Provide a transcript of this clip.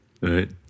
right